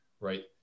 Right